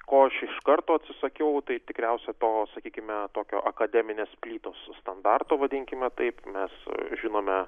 ko aš iš karto atsisakiau tai tikriausiai to sakykime tokio akademinės plytos standarto vadinkime taip mes žinome